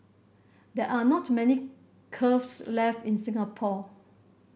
there are not many left in Singapore